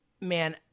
man